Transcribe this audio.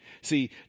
See